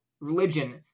religion